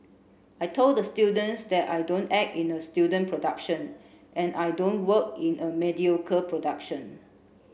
I told the students that I don't act in a student production and I don't work in a mediocre production